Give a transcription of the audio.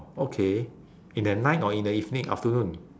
okay in the night or in the evening afternoon